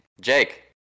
Jake